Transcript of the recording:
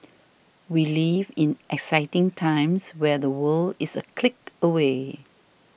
we live in exciting times where the world is a click away